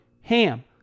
HAM